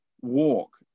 walk